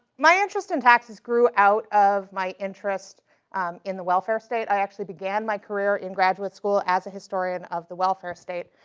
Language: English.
my interest in taxes grew out of my interest in the welfare state. i actually began my career in graduate school as a historian of the welfare state.